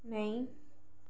नेईं